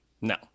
No